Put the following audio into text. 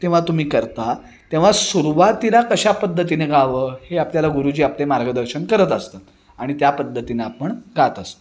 जेव्हा तुम्ही करता तेव्हा सुरवातीला कशा पद्धतीने गावं हे आपल्याला गुरुजी आपले मार्गदर्शन करत असतात आणि त्या पद्धतीनं आपण गात असतो